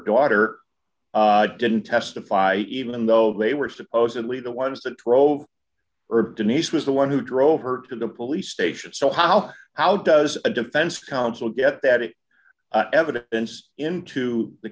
daughter didn't testify even though they were supposedly the ones that drove or denise was the one who drove her to the police station so how how does a defense counsel get that it evidence into the